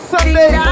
Sunday